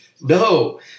No